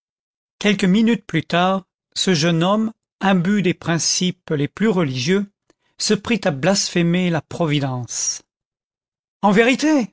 quelques minutes plus tard ce jeune homme imbu des principes les plus religieux se prit à blasphémer la providence en vérité